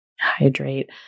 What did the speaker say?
hydrate